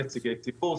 נציגי ציבור,